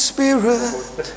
Spirit